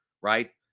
right